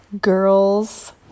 girls